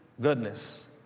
Goodness